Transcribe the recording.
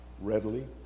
readily